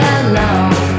alone